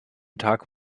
tag